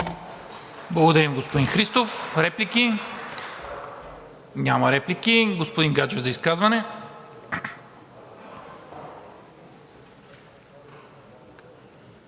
Благодаря, господин Христов. Реплики? Няма. Господин Гаджев – изказване.